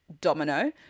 Domino